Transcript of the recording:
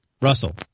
Russell